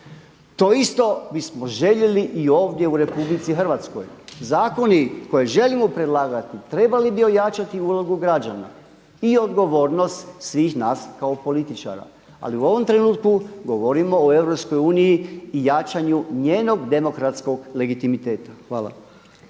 To isto bismo željeli i ovdje u RH. Zakoni koje želimo predlagati trebali bi ojačati ulogu građana i odgovornost svih nas kao političara, ali u ovom trenutku govorimo o EU i jačanju njenog demokratskog legitimiteta. Hvala.